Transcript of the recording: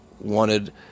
wanted